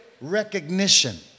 recognition